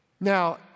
Now